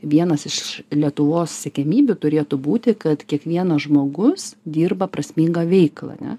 vienas iš lietuvos siekiamybių turėtų būti kad kiekvienas žmogus dirba prasmingą veiklą ane